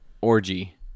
orgy